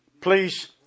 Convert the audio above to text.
Please